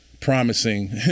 promising